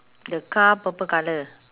the car purple colour